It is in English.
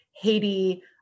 Haiti